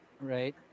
Right